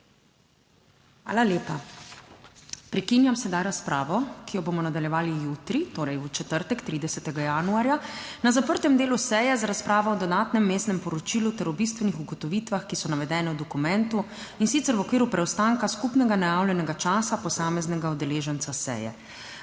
Hvala lepa. Prekinjam sedaj razpravo, ki jo bomo nadaljevali jutri, torej v četrtek 30. januarja na zaprtem delu seje z razpravo o dodatnem vmesnem poročilu ter o bistvenih ugotovitvah, ki so navedene v dokumentu, in sicer v okviru preostanka skupnega najavljenega časa posameznega udeleženca seje.